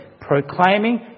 proclaiming